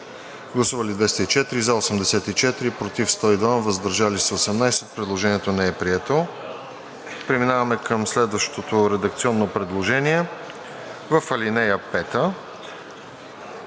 представители: за 84, против 102, въздържали се 18. Предложението не е прието. Преминаваме към следващото редакционно предложение. В ал. 5